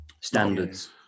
Standards